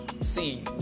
see